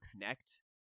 connect